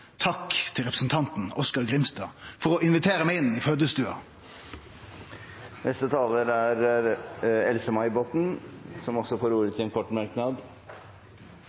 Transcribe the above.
Takk til representanten Oskar J. Grimstad for å invitere meg inn i fødestova. Representanten Else-May Botten har hatt ordet to ganger tidligere og får ordet til en kort merknad,